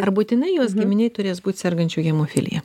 ar būtinai jos giminėj turės būt sergančių hemofilija